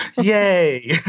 Yay